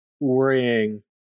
worrying